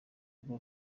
rwo